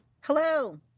hello